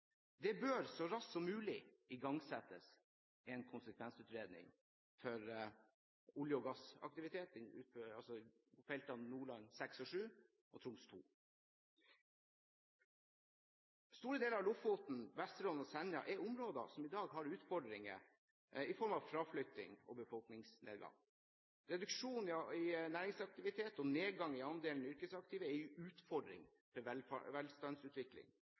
Det bør så raskt som mulig igangsettes en konsekvensutredning for olje- og gassaktivitet på feltene Nordland VI og VII og Troms II. Store deler av Lofoten, Vesterålen og Senja er områder som i dag har utfordringer i form av fraflytting og befolkningsnedgang. Reduksjon i næringsaktivitet og nedgang i andelen yrkesaktive er en utfordring for velstandsutvikling.